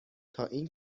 تااین